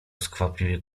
skwapliwie